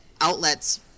outlets